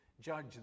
judge